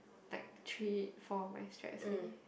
like three four of my strides already